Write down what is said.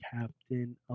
Captain